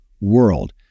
world